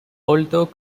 although